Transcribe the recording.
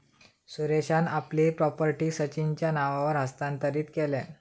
सुरेशान आपली प्रॉपर्टी सचिनच्या नावावर हस्तांतरीत केल्यान